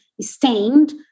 stained